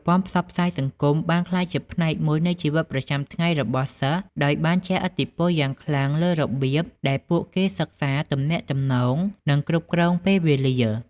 ប្រព័ន្ធផ្សព្វផ្សាយសង្គមបានក្លាយជាផ្នែកមួយនៃជីវិតប្រចាំថ្ងៃរបស់សិស្ស ដោយបានជះឥទ្ធិពលយ៉ាងខ្លាំងលើរបៀបដែលពួកគេសិក្សា ទំនាក់ទំនង និងគ្រប់គ្រងពេលវេលា។